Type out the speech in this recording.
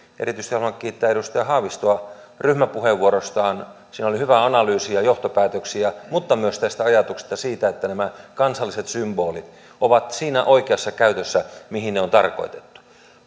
erityisesti haluan kiittää edustaja haavistoa ryhmäpuheenvuorostaan siinä oli hyvä analyysi ja johtopäätöksiä mutta myös tästä ajatuksesta että nämä kansalliset symbolit ovat siinä oikeassa käytössä mihin ne on tarkoitettu